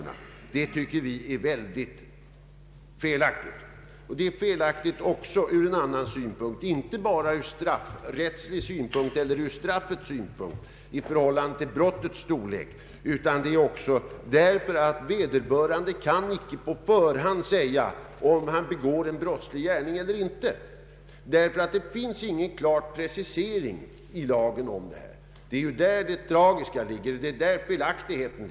Det tycker vi är väldigt felaktigt, inte bara ur straffrättslig synpunkt med tanke på brottets art utan också därför att en person inte på förhand kan veta om han begår en brottslig gärning eller inte. Lagen innehåller inte någon klar precisering härom. Där ligger den tragiska felaktigheten.